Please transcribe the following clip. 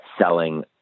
selling